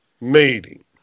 meeting